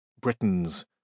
Britons